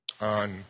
on